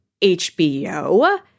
HBO